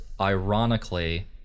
ironically